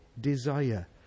desire